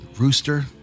Rooster